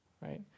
right